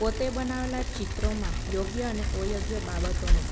પોતે બનાવેલાં ચિત્રોમાં યોગ્ય અને અયોગ્ય બાબતોનું